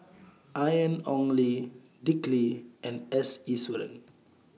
Ian Ong Li Dick Lee and S Iswaran